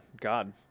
God